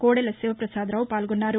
కోడెల శివప్రసాదరావు పాల్గొన్నారు